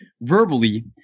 verbally